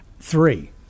Three